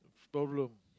problem